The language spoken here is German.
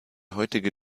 heutige